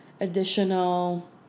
additional